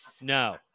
No